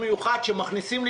גם מעצמי,